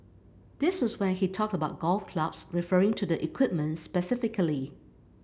this was when he talked about golf clubs referring to the equipment specifically